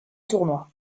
tournois